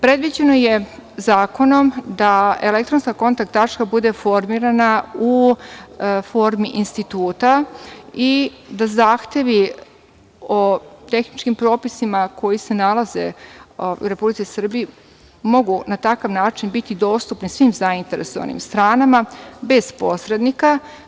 Predviđeno je zakonom da elektronska kontakt tačka bude formirana u formi instituta i da zahtevi o tehničkim propisima, koji se nalaze u Republici Srbiji, mogu na takav način biti dostupni svim zainteresovanim stranama bez posrednika.